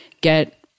get